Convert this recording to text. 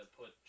put